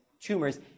tumors